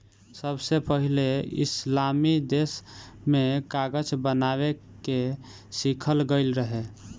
सबसे पहिले इस्लामी देश में कागज बनावे के सिखल गईल रहे